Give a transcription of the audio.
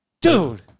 Dude